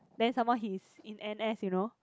then someone he's in n_s you know